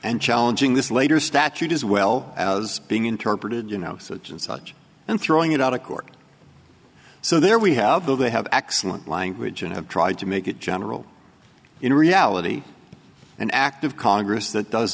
and challenging this later statute as well as being interpreted you know such and such and throwing it out of court so there we have though they have excellent language and have tried to make it general in reality an act of congress that does